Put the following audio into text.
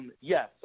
Yes